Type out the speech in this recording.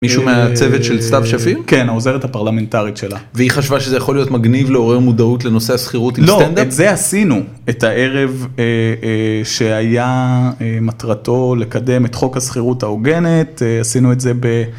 מישהו מהצוות של סתיו שפיר כן העוזרת הפרלמנטרית שלה והיא חשבה שזה יכול להיות מגניב לעורר מודעות לנושא השכירות עם סטנד אפ? לא, את זה עשינו את הערב שהיה מטרתו לקדם את חוק השכירות ההוגנת עשינו את זה.